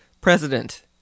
president